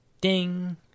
Ding